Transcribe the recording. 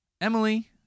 Emily